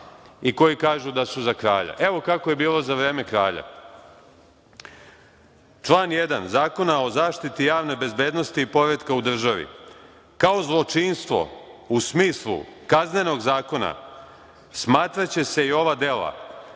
i koji kažu da su za kralja. Evo kako je bilo za vreme kralja.39/3 MO/JGČlan 1. Zakona o zaštiti javne bezbednosti i poretka u državi – kao zločinstvo u smislu kaznenog zakona smatraće se i ova dela: